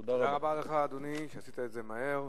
תודה רבה לך, אדוני, שעשית את זה מהר.